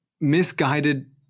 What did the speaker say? misguided